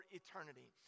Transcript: eternity